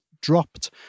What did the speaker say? dropped